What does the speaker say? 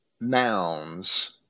nouns